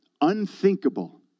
Unthinkable